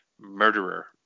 Murderer